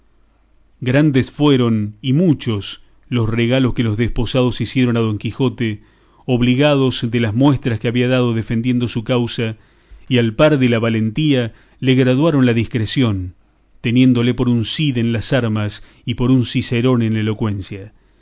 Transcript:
grandes fueron y muchos los regalos que los desposados hicieron a don quijote obligados de las muestras que había dado defendiendo su causa y al par de la valentía le graduaron la discreción teniéndole por un cid en las armas y por un cicerón en la elocuencia